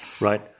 right